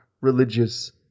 religious